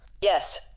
Yes